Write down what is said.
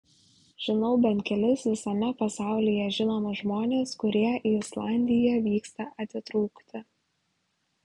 žinau bent kelis visame pasaulyje žinomus žmones kurie į islandiją vyksta atitrūkti